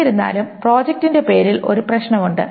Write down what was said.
എന്നിരുന്നാലും പ്രോജക്റ്റിന്റെ പേരിൽ ഒരു പ്രശ്നമുണ്ട്